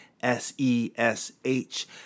s-e-s-h